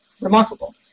remarkable